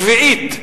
שביעית.